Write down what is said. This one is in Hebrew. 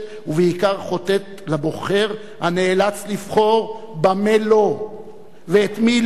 ובעיקר חוטאת לבוחר הנאלץ לבחור במה לא ואת מי לא,